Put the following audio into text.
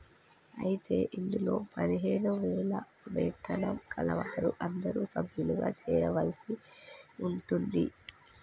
అయితే ఇందులో పదిహేను వేల వేతనం కలవారు అందరూ సభ్యులుగా చేరవలసి ఉంటుంది